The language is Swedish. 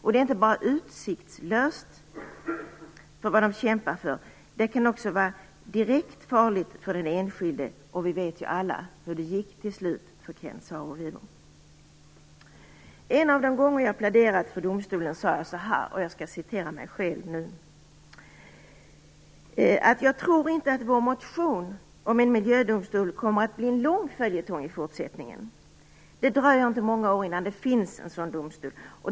Kampen är inte bara utsiktslös, utan den kan också vara direkt farlig för den enskilde. Vi vet ju alla hur det gick till slut för Ken Saro Wiwa. En av de gånger jag har pläderat för domstolen sade jag så här: Jag tror inte att vår motion om en miljödomstol kommer att bli en lång följetong i fortsättningen. Det dröjer inte många år innan det finns en sådan domstol.